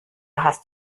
hast